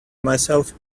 myself